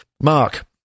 mark